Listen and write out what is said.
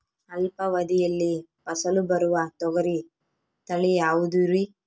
ಅಲ್ಪಾವಧಿಯಲ್ಲಿ ಫಸಲು ಬರುವ ತೊಗರಿ ತಳಿ ಯಾವುದುರಿ?